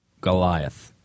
Goliath